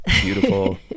beautiful